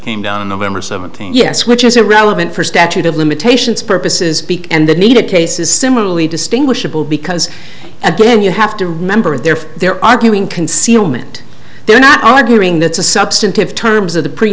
came down on november seventh yes which is a relevant for statute of limitations purposes and the need to case is similarly distinguishable because again you have to remember there they're arguing concealment they're not arguing that's a substantive terms of the pr